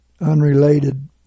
unrelated